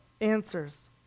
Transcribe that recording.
answers